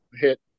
hit